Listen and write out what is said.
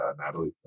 Natalie